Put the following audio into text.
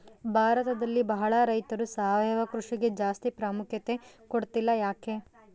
ಭಾರತದಲ್ಲಿ ಬಹಳ ರೈತರು ಸಾವಯವ ಕೃಷಿಗೆ ಜಾಸ್ತಿ ಪ್ರಾಮುಖ್ಯತೆ ಕೊಡ್ತಿಲ್ಲ ಯಾಕೆ?